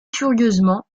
curieusement